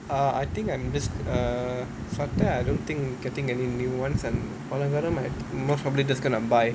err I think I'm just err சட்ட:satta I don't think getting any new ones and போன தடவ:pona thadava I'm most probably just gonna buy